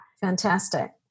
Fantastic